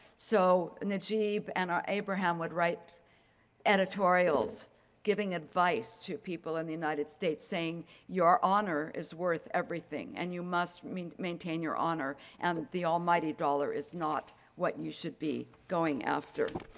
so najeeb and um abraham would write editorials giving advice to people in and the united states saying your honor is worth everything and you must i mean maintain your honor. and the almighty dollar is not what you should be going after.